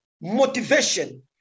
motivation